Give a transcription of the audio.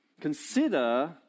Consider